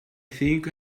think